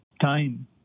time